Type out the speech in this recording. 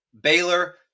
Baylor